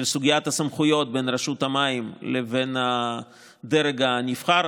של סוגיית הסמכויות בין רשות המים לבין הדרג הנבחר.